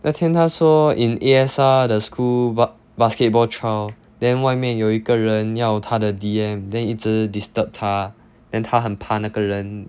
那天她说 in A_S_R the school bask~ basketball trial then 外面有一个人要他的 D_M then 一直 disturb 她 then 她很怕那个人